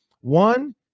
one